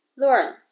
learn